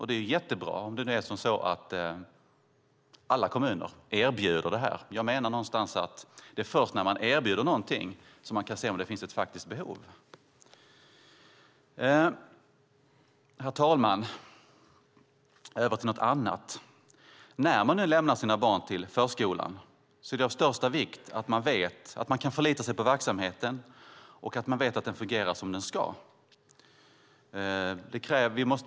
Det är mycket bra om alla kommuner erbjuder det här. På något sätt är det så, menar jag, att det är först när någonting erbjuds som man kan se om det finns ett faktiskt behov. Herr talman! Jag ska nu gå över till att tala om någonting annat. När man lämnar sina barn till förskolan är det av största vikt att man kan förlita sig på verksamheten, att man vet att den fungerar som den ska fungera.